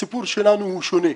הסיפור שלנו הוא שונה.